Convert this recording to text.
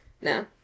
No